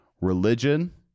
religion